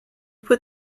put